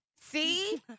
see